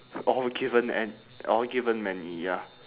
or given an~ or given many ya